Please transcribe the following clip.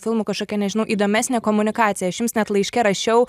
filmų kažkokia nežinau įdomesnė komunikacija aš jums net laiške rašiau